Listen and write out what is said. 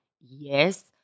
Yes